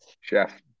Chef